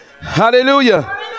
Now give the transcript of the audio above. hallelujah